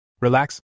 Relax